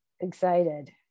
excited